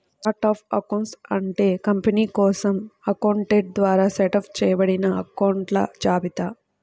chart of accounts అంటే company కోసం accountant ద్వారా సెటప్ చేయబడిన అకొంట్ల జాబితా